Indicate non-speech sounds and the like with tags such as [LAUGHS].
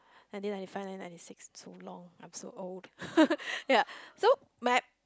nineteen ninety five nineteen ninety six so long I'm so old [LAUGHS] ya so map